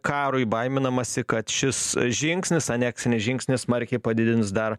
karui baiminamasi kad šis žingsnis aneksinis žingsnis smarkiai padidins dar